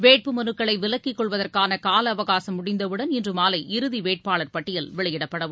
வேட்புமனுக்களை விலக்கிக் கொள்வதற்கான கால அவகாசம் முடிந்த உடன் இன்று மாலை இறுதி வேட்பாளர் பட்டியல் வெளியிடப்பட உள்ளது